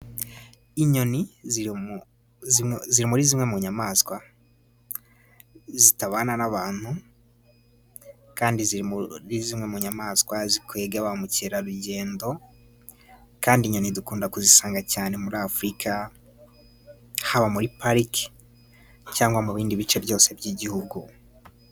Inyoni ziri muri zimwe mu nyamaswa zitabana n'abantu, kandi ni zimwe mu nyamaswa zikwega ba mukerarugendo, kandi inyoni dukunda kuzisanga cyane muri Afurika, haba muri pariki cyangwa mu bindi bice byose by'igihugu.